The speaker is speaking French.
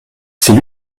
c’est